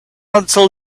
until